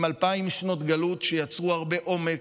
עם אלפיים שנות גלות שיצרו הרבה עומק,